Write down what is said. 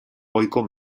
ohiko